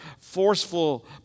forceful